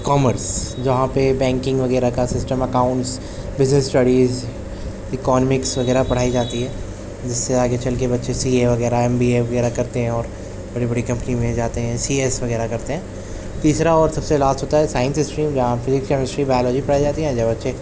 commerce جہاں پہ banking وغیرہ کا system accounts business studies economics وغیرہ پڑھائی جاتی ہے جس سے آگے چل کے بچے سی اے وغیرہ ایم بی اے وغیرہ کرتے ہیں اور بڑی بڑی کمپنی میں جاتے ہیں سی ایس وغیرہ کرتے ہیں تیسرا اور سب سے لاسٹ ہوتا ہے سائنس اسٹریم جہاں فزکس کیمسٹری بایولوجی پڑھائی جاتی ہیں جو بچے